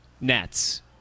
nets